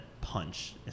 punch